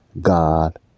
God